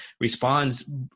responds